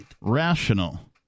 Rational